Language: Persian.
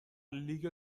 لیگ